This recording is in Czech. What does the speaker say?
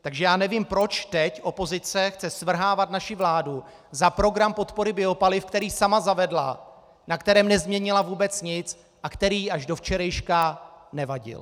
Takže já nevím, proč teď opozice chce svrhávat naši vládu za program podpory biopaliv, který sama zavedla, na kterém nezměnila vůbec nic a který jí až do včerejška nevadil.